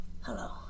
Hello